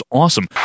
awesome